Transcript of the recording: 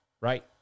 right